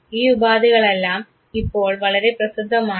ഈ ഉപാധികളെല്ലാം ഇപ്പോൾ വളരെ പ്രസിദ്ധമാണ്